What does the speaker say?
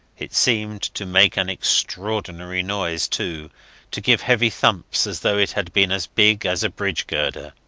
it seemed to make an extraordinary noise, too to give heavy thumps as though it had been as big as a bridge girder.